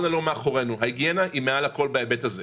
ההיגיינה נדרשת גם בהיבט הזה.